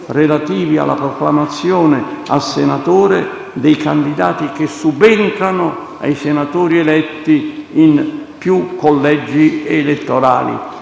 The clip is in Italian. relativi alla proclamazione a senatore dei candidati che subentrano ai senatori eletti in più collegi elettorali.